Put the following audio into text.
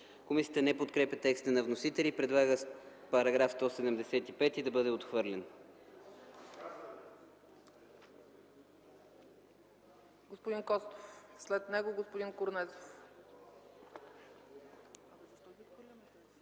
Комисията не подкрепя текста на вносителя и предлага § 175 да бъде отхвърлен.